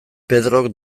pedrok